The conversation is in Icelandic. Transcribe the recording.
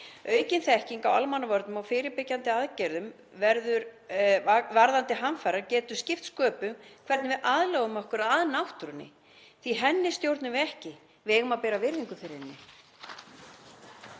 Aukin þekking á almannavörnum og fyrirbyggjandi aðgerðum varðandi hamfarir getur skipt sköpum í því hvernig við aðlögum okkur að náttúrunni því henni stjórnum við ekki. Við eigum að bera virðingu fyrir henni.